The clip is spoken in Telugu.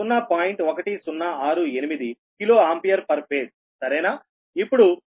1068 కిలో ఆంపియర్ పర్ ఫేజ్ సరేనా